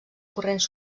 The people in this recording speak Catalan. corrents